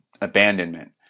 abandonment